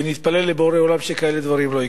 ונתפלל לבורא עולם, שדברים כאלה לא יקרו.